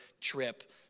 trip